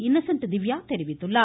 Innocent Divya தெரிவித்துள்ளார்